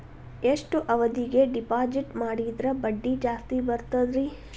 ಎಷ್ಟು ಅವಧಿಗೆ ಡಿಪಾಜಿಟ್ ಮಾಡಿದ್ರ ಬಡ್ಡಿ ಜಾಸ್ತಿ ಬರ್ತದ್ರಿ?